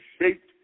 shaped